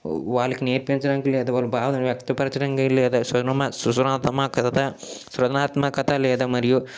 వాళ్ళకి నేర్పించడానికి లేదా వాళ్ళ బాధను వ్యక్తపరచడానికి లేదా సృజ సృజనాత్మకత సృజనాత్మకత లేదా మరియు